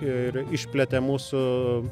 ir išplėtė mūsų